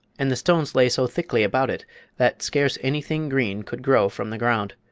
and the stones lay so thickly about it that scarce anything green could grow from the ground.